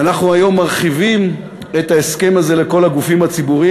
ואנחנו היום מרחיבים את ההסכם הזה לכל הגופים הציבוריים.